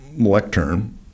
lectern